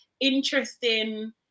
interesting